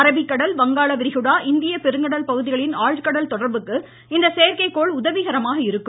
அரபிக்கடல் வங்காள விரிகுடா இந்திய பெருங்கடல் பகுதிகளின் ஆழ்கடல் தொடர்புக்கு இந்த செயற்கைகோள் உதவிகரமாக இருக்கும்